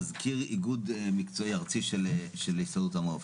מזכיר איגוד מקצועי ארצי של הסתדרות המעוף.